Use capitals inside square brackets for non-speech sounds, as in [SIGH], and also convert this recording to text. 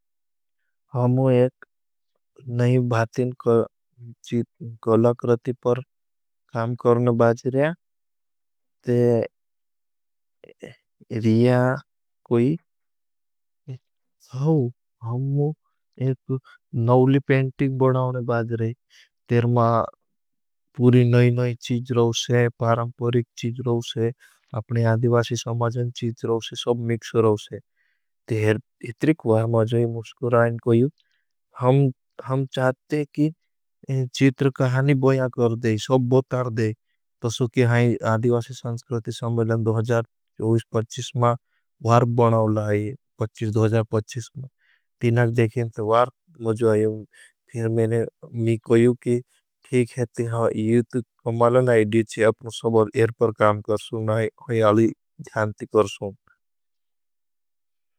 हमों एक नई भातिन कला क्रति पर काम करने बाज रहे हैं। तेरीया [HESITATION] कोई हमों एक नौली पेंटिक बनाओने बाज रहे हैं। तेर मा पूरी नई नई चीज रहो से, पारंपरिक चीज रहो से, अपने आदिवासी समाजन चीज रहो से, सब मिक्ष रहो से। [UNINTELLIGIBLE] हम चाहते कि चीज कहानी बया करते हैं, सब बतारते हैं, तो सो कि हम आदिवासी समाजन चीज रहे हैं, दो हजार चाईबीस दो हजार पचीस मा वार्ग बनाओने लाई हैं। तीनाग देखें तो वार्ग मज़ू हैं। तो मैंने करता हूँ कि यूट्यूब कमालन आदिवासी समाजन चीज रहे हैं।